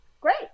great